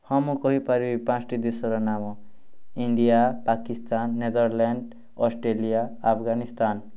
ହଁ ମୁଁ କହିପାରିବି ପାଞ୍ଚଟି ଦେଶର ନାମ India Pakistan Netherland Australia Afghanistan